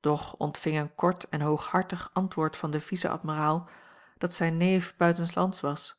doch ontving een kort en hooghartig antwoord van den vice-admiraal dat zijn neef buitenslands was